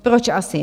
Proč asi?